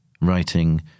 writing